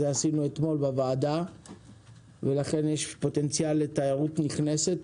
עשינו את זה אתמול בוועדה ולכן יש פוטנציאל לתיירות נכנסת.